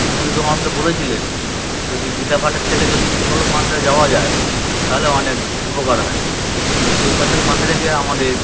স্বামী বিবেকানন্দ বলেছিলেন যদি গীতা পাঠের থেকে যদি ফুটবল মাঠে যাওয়া যায় তাহলে অনেক উপকার হয় তো সেই কথাকে মাথায় রেখে আমাদের